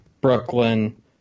Brooklyn